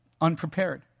unprepared